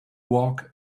walk